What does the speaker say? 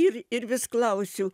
ir ir vis klausiu